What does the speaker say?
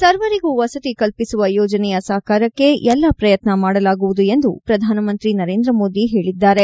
ಸರ್ವರಿಗೂ ವಸತಿ ಕಲ್ಪಿಸುವ ಯೋಜನೆಯ ಸಾಕಾರಕ್ಕೆ ಎಲ್ಲ ಪ್ರಯತ್ನ ಮಾಡಲಾಗುವುದು ಎಂದು ಪ್ರಧಾನಮಂತ್ರಿ ನರೇಂದ್ರ ಮೋದಿ ತಿಳಿಸಿದ್ದಾರೆ